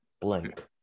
blank